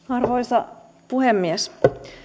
arvoisa puhemies